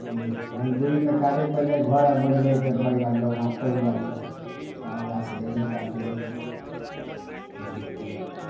ई मजबूरी मे काटै के पैड़ जाइ हइ घर आर बनबैके पड़ि गेल तऽ उहाँ पड़ि गेल तऽ ओकरा गाछके नहि काटै कऽ कोशिश केलहुॅं